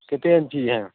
କେତେ ଇଞ୍ଚି ଇହେ